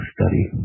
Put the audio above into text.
study